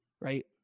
right